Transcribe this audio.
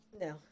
No